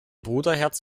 bruderherz